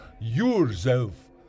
yourself